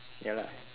ya lah